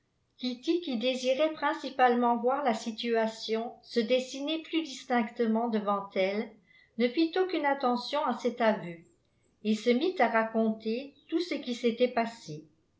qui désirait principalement voir la situation se dessiner plus distinctement devant elle ne fit aucune attention à cet aveu et se mit à raconter tout ce qui s'était passé